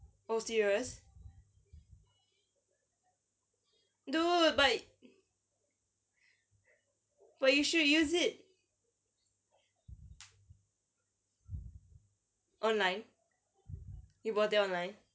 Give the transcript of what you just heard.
oh serious dude but but you should use it online you bought it online